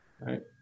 Right